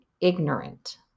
ignorant